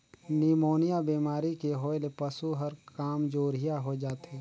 pneumonia बेमारी के होय ले पसु हर कामजोरिहा होय जाथे